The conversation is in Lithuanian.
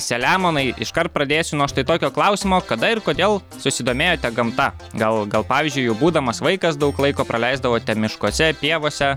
selemonai iškart pradėsiu nuo štai tokio klausimo kada ir kodėl susidomėjote gamta gal gal pavyzdžiui jau būdamas vaikas daug laiko praleisdavote miškuose pievose